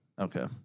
Okay